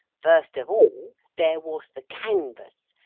first of all, there was the canvass,